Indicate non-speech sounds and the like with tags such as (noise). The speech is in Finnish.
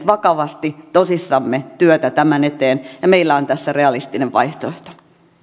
(unintelligible) vakavasti tosissamme työtä tämän eteen ja meillä on tässä realistinen vaihtoehto